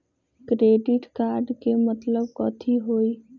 Credit card के मतलब कथी होई?